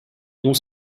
dont